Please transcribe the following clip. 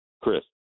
Chris